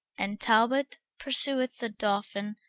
and talbot pursueth the dolphin,